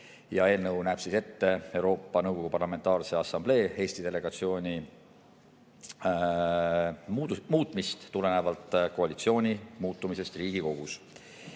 ja eelnõu näeb ette Euroopa Nõukogu Parlamentaarse Assamblee Eesti delegatsiooni muutmist tulenevalt koalitsiooni muutumisest Riigikogus.